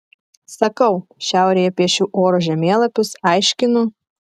sakau šiaurėje piešiu oro žemėlapius aiškinu